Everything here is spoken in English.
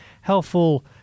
helpful